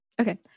Okay